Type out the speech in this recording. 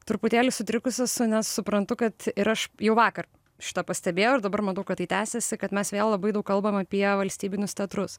truputėlį sutrikus esu nes suprantu kad ir aš jau vakar šitą pastebėjau ir dabar matau kad tai tęsiasi kad mes vėl labai daug kalbam apie valstybinius teatrus